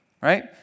Right